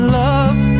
love